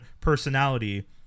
personality